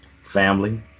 family